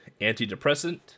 antidepressant